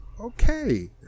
okay